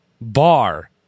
Bar